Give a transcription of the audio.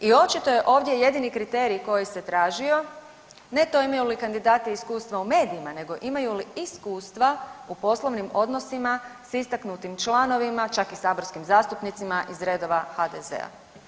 I očito je ovdje jedini kriterij koji se tražio, ne to imaju li kandidati iskustva u medijima, nego imaju li iskustva u poslovnim odnosima s istaknutim članovima, čak i saborskim zastupnicima iz redova HDZ-a.